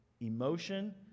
emotion